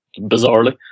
bizarrely